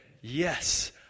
yes